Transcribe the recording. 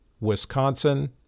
Wisconsin